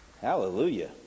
Hallelujah